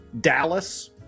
Dallas